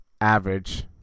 average